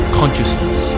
consciousness